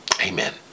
amen